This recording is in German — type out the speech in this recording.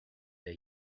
der